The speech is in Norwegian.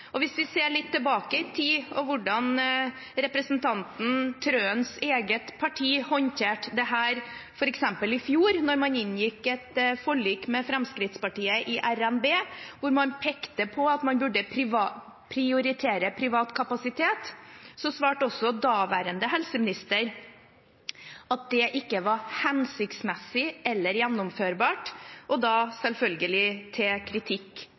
Hvis vi ser litt tilbake i tid, på hvordan representanten Trøens eget parti har håndtert dette, f.eks. i fjor, da man inngikk et forlik med Fremskrittspartiet i revidert nasjonalbudsjett, hvor man pekte på at man burde prioritere privat kapasitet, svarte også daværende helseminister at det ikke var hensiktsmessig eller gjennomførbart – selvfølgelig til kritikk